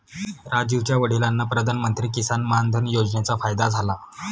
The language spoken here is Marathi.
राजीवच्या वडिलांना प्रधानमंत्री किसान मान धन योजनेचा फायदा झाला